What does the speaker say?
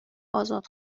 آزاد